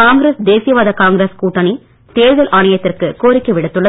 காங்கிரஸ் தேசியவாத காங்கிரஸ் கூட்டணி தேர்தல் ஆணையத்திற்கு கோரிக்கை விடுத்துள்ளது